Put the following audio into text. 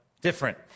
different